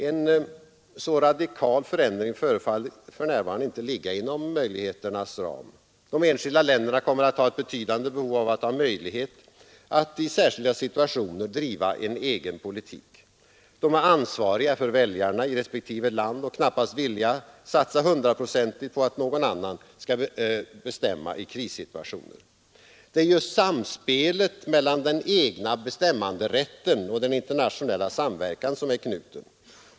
En så radikal förändring förefaller inte för närvarande ligga inom möjligheternas ram. De enskilda länderna kommer att ha ett betydande behov av att i särskilda situationer driva en egen politik. De är ansvariga för väljarna i respektive land och knappast villiga att satsa hundraprocentigt på att någon annan skall bestämma i krissituationer. Det är just samspelet mellan den egna bestämmanderätten och den internationella samverkan som är knuten.